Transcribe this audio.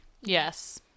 yes